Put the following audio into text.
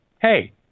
Hey